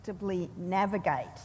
navigate